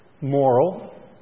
moral